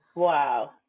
Wow